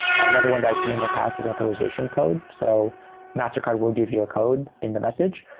another one that i've seen in the past is authorization code. so mastercard will give you a code in the message,